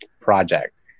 project